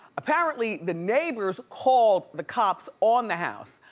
apparently, the neighbors called the cops on the house.